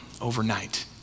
overnight